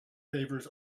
favours